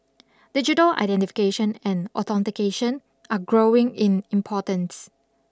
digital identification and authentication are growing in importance